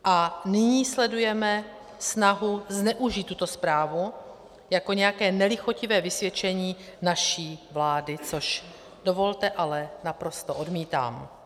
A nyní sledujeme snahu zneužít tuto zprávu jako nějaké nelichotivé vysvědčení naší vlády, což dovolte, ale naprosto odmítám.